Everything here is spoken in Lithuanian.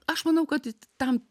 aš manau kad tam